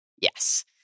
yes